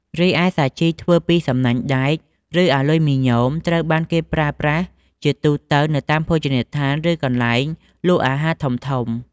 រីឯ សាជីធ្វើពីសំណាញ់ដែក ឬអាលុយមីញ៉ូមត្រូវបានគេឃើញប្រើប្រាស់ជាទូទៅនៅតាមភោជនីយដ្ឋាន ឬកន្លែងលក់អាហារធំៗ។